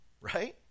right